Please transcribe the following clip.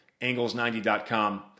angles90.com